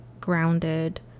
grounded